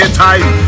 time